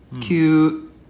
cute